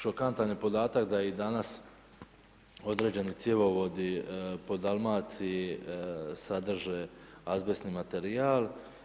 Šokantan je podatak da i danas određeni cjevovodi po Dalmaciji sadrže azbestni materijal.